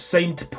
Saint